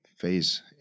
phase